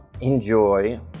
enjoy